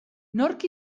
nork